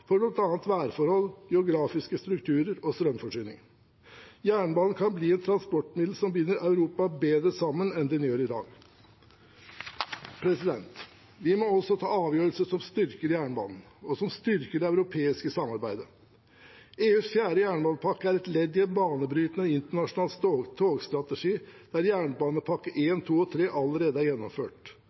for bl.a. værforhold, geografiske strukturerer og strømforsyning. Jernbanen kan bli et transportmiddel som binder Europa bedre sammen enn den gjør i dag. Vi må også ta avgjørelser som styrker jernbanen, og som styrker det europeiske samarbeidet. EUs fjerde jernbanepakke er et ledd i en banebrytende internasjonal togsatsing der Jernbanepakke I, II og III allerede er gjennomført.